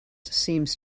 seems